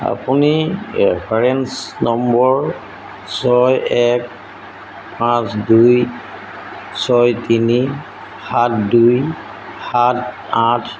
আপুনি reference number ছয় এক পাঁচ দুই ছয় তিনি সাত দুই সাত আঠ